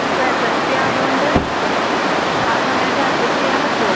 ഇപ്പോൾ S S L C ആയോണ്ട് ആ സമയം ഒക്കെ അഡ്ജസ്റ്റ് ചെയ്യാൻ പറ്റുമോ